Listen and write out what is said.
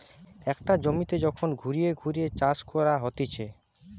একটা জমিতে যখন ঘুরিয়ে ঘুরিয়ে চাষ করা হতিছে